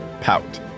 pout